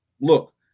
look